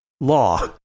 Law